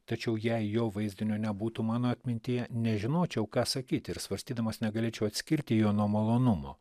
tačiau jei jo vaizdinio nebūtų mano atmintyje nežinočiau ką sakyti ir svarstydamas negalėčiau atskirti jo nuo malonumo